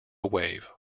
wave